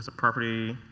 ah property.